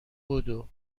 بدو